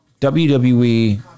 WWE